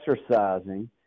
exercising